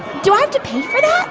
do i have to pay for that?